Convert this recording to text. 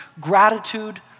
Gratitude